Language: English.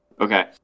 Okay